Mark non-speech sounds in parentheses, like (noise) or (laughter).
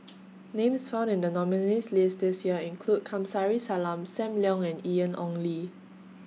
(noise) Names found in The nominees' list This Year include Kamsari Salam SAM Leong and Ian Ong Li